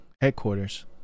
headquarters